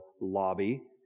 lobby